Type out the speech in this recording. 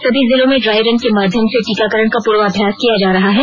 सभी जिलो में ड्राइ रन के माध्यम से टीकाकरण का पूर्वाभ्यास किया जा रहा है